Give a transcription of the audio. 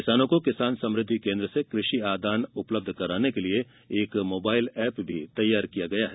किसानों को किसान समृद्धि केंद्र से कृषि आदान उपलब्ध कराने के लिए एक मोबाइल ऐप भी तैयार किया गया है